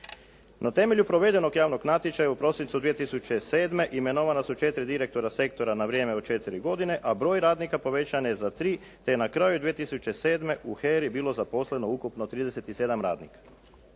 Na temelju provedenog javnog natječaja u prosincu 2007. imenovana su 4 direktora sektora na vrijeme od četiri godine, a broj radnika povećan je za 3, te je na kraju 2007. u HERA-i bilo zaposleno ukupno 37 radnika.